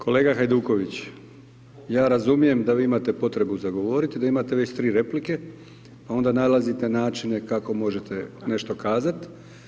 Kolega Hajduković, ja razumijem da vi imate potrebu za govoriti, da imate već tri replike, pa onda nalazite načine kako možete nešto kazati.